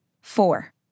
Four